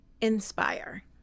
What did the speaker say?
Inspire